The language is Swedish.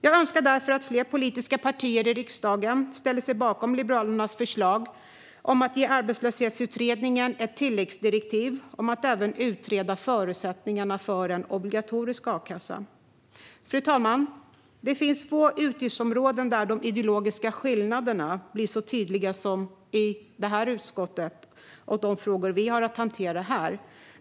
Jag önskar därför att fler politiska partier i riksdagen ställer sig bakom Liberalernas förslag om att ge arbetslöshetsutredningen ett tilläggsdirektiv om att även utreda förutsättningarna för en obligatorisk a-kassa. Fru talman! Det är på få utgiftsområden som de ideologiska skillnaderna blir så tydliga som i de frågor som vi har att hantera i det här utskottet.